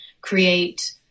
create